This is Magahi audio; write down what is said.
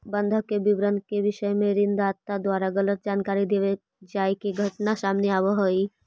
बंधक के विवरण के विषय में ऋण दाता द्वारा गलत जानकारी देवे जाए के घटना सामने आवऽ हइ